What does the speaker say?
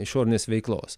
išorinės veiklos